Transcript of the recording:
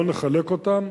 לא נחלק אותן,